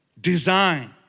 design